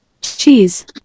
Cheese